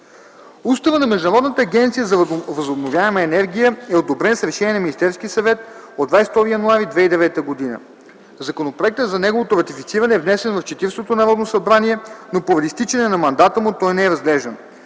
Уставът на Международната агенция за възобновяема енергия е одобрен с Решение на Министерския съвет от 22 януари 2009 г. Законопроектът за неговото ратифициране е внесен в Четиридесетото Народно събрание, но поради изтичане на мандата му той не е разглеждан.